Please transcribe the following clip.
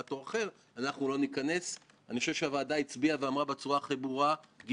רשות התחרות חייבת להיות שחקן משמעותי בהתנהלות מול הבנקים.